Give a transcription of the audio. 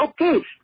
okay